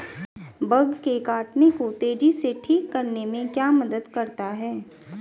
Bug के काटने को तेजी से ठीक करने में क्या मदद करता है?